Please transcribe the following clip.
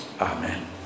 Amen